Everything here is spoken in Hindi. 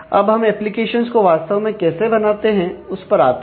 अब हम एप्लीकेशंस को वास्तव में कैसे बनाते हैं उस पर आते हैं